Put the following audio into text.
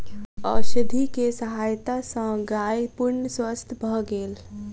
औषधि के सहायता सॅ गाय पूर्ण स्वस्थ भ गेल